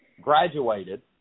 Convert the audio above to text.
graduated